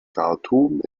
khartum